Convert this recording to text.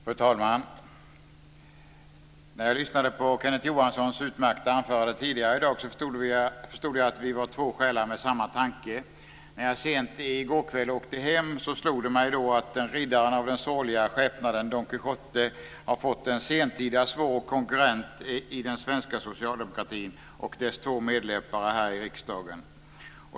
Fru talman! När jag lyssnade på Kenneth Johanssons utmärkta anförande tidigare i dag förstod jag att vi var två själar med samma tanke. När jag åkte hem sent i går kväll slog det mig att riddaren av den sorgliga skepnaden, Don Quijote, har fått en sentida svår konkurrent i den svenska socialdemokratin och dess två medlöpare här i riksdagen.